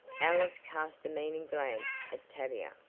alice cast a meaning glance at tavia.